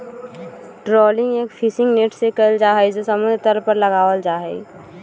trawling एक fishing net से कइल जाहई जो समुद्र तल पर लगावल जाहई